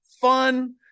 fun